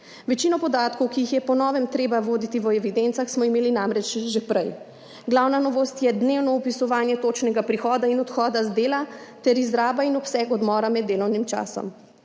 Večino podatkov, ki jih je po novem treba voditi v evidencah, smo imeli namreč že prej. Glavna novost je dnevno vpisovanje točnega prihoda in odhoda z dela ter izraba in obseg odmora med delovnim časom.